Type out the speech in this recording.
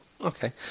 Okay